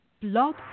Blog